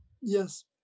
Yes